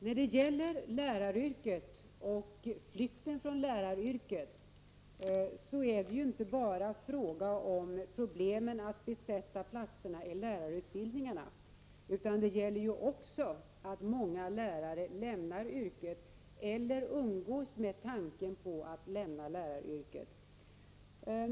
Fru talman! När det gäller flykten från läraryrket är det inte bara fråga om problemen med att besätta platserna i lärarutbildningen. Det är även fråga om att många lärare lämnar yrket eller umgås med tanken på att göra det.